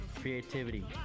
creativity